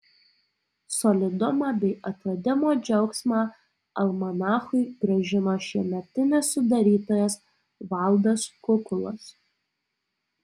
solidumą bei atradimo džiaugsmą almanachui grąžino šiemetinis sudarytojas valdas kukulas